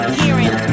hearing